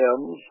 hymns